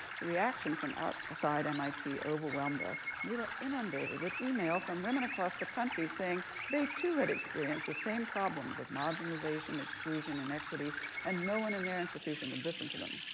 the reaction from outside mit overwhelmed us. we were inundated with email from women across the country, saying they too had experienced the same problems of marginalization exclusion inequity and no one in their institution would listen to them.